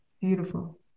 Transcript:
Beautiful